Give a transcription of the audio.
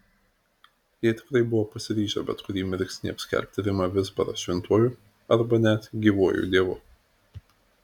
jie tikrai buvo pasiryžę bet kurį mirksnį apskelbti rimą vizbarą šventuoju arba net gyvuoju dievu